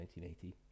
1980